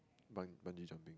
bungee jump